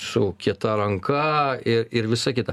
su kieta ranka ir ir visa kita